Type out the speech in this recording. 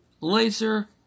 Laser